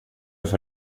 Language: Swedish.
för